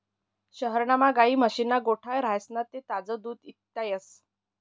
शहरमा गायी म्हशीस्ना गोठा राह्यना ते ताजं दूध इकता येस